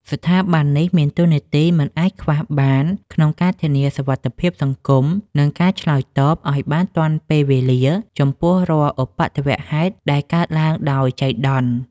ស្ថាប័ននេះមានតួនាទីមិនអាចខ្វះបាន ក្នុងការធានាសុវត្ថិភាពសង្គម និងការឆ្លើយតបឱ្យបានទាន់ពេលវេលា ចំពោះរាល់ឧបទ្ទវហេតុដែលកើតឡើងដោយចៃដន្យ។